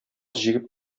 җигеп